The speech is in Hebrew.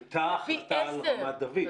הייתה החלטה על רמת דוד,